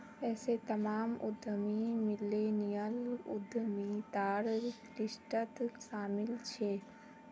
ऐसे तमाम उद्यमी मिल्लेनियल उद्यमितार लिस्टत शामिल छे